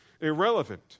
irrelevant